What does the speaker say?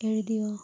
എഴുതിയോ